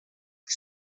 que